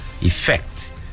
effect